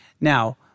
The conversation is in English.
Now